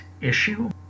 issue